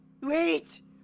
Wait